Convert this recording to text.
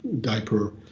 diaper